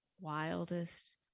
wildest